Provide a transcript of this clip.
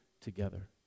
together